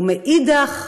ומאידך,